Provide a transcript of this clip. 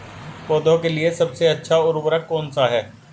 पौधों के लिए सबसे अच्छा उर्वरक कौन सा है?